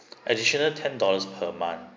additional ten dollars per month